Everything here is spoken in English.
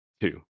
two